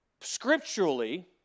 scripturally